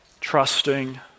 trusting